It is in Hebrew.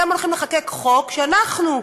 אתם הולכים לחוקק חוק ואנחנו,